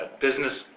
business